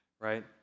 right